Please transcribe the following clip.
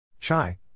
Chai